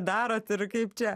darot ir kaip čia